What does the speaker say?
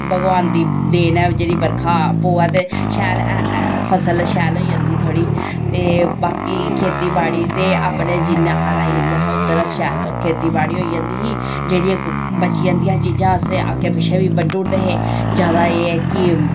भगवान दी देन ऐ जेह्ड़ी बरखा पवै ते फसल शैल होई जंदी थोह्ड़ी ते बाकी खेती बाड़ी ते जिन्ना हारा एरिया हा उद्धर शैल खेतीबाड़ी होई जंदी हा जेह्ड़ी बची जंदियां हां चीजां असें अग्गें पिच्छें बड्डी ओड़दे हे जादा एह् ऐ कि